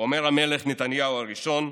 אומר המלך נתניהו הראשון,